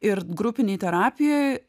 ir grupinėj terapijoj